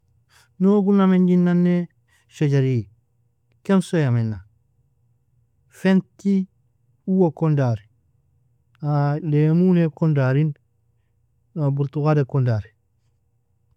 Noug uonna menjin nane shejaerie kemso yamenna, fenti ouwe kon dare, lemoene kon darin, portugale kon dar.